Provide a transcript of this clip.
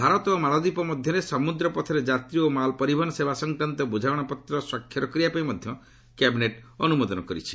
ଭାରତ ଓ ମାଳଦ୍ୱୀପ ମଧ୍ୟରେ ସମୁଦ୍ର ପଥରେ ଯାତ୍ରୀ ଓ ମାଲ୍ ପରିବହନ ସେବା ସଂକ୍ରାନ୍ତ ବୁଝାମଣା ପତ୍ର ସ୍ୱାକ୍ଷର କରିବାପାଇଁ ମଧ୍ୟ କ୍ୟାବିନେଟ୍ ଅନ୍ତମୋଦନ କରିଛି